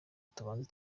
tubanze